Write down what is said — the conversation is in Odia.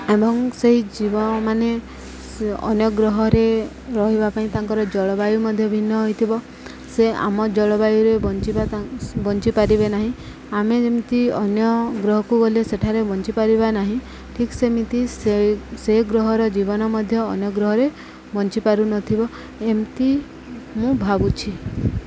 ଏବଂ ସେହି ଜୀବମାନେ ସେ ଅନ୍ୟ ଗ୍ରହରେ ରହିବା ପାଇଁ ତାଙ୍କର ଜଳବାୟୁ ମଧ୍ୟ ଭିନ୍ନ ହୋଇଥିବ ସେ ଆମ ଜଳବାୟୁରେ ବଞ୍ଚିବା ବଞ୍ଚିପାରିବେ ନାହିଁ ଆମେ ଯେମିତି ଅନ୍ୟ ଗ୍ରହକୁ ଗଲେ ସେଠାରେ ବଞ୍ଚିପାରିବା ନାହିଁ ଠିକ୍ ସେମିତି ସେ ସେ ଗ୍ରହର ଜୀବନ ମଧ୍ୟ ଅନ୍ୟ ଗ୍ରହରେ ବଞ୍ଚିପାରୁନଥିବ ଏମିତି ମୁଁ ଭାବୁଛି